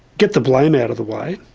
get the blame out of the way,